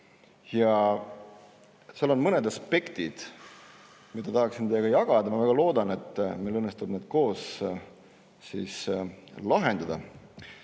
Seal on mõned aspektid, mida ma tahan teiega jagada. Ma väga loodan, et meil õnnestub need koos lahendada.